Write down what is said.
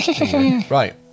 Right